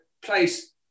place